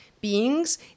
beings